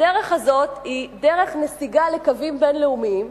והדרך הזאת היא דרך נסיגה לקווים בין-לאומיים.